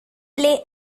play